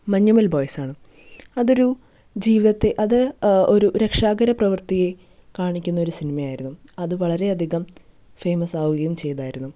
മഞ്ഞുമേൽ ബോയ്സാണ് അതൊരു ജീവിതത്തെ അത് ഒരു രക്ഷാകര പ്രവൃത്തിയെ കാണിക്കുന്നൊരു സിനിമയായിരുന്നു അത് വളരെയധികം ഫേമസാവുകയും ചെയ്തായിരുന്നു